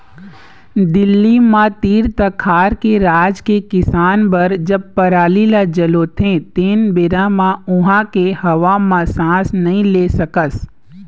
दिल्ली म तीर तखार के राज के किसान बर जब पराली ल जलोथे तेन बेरा म उहां के हवा म सांस नइ ले सकस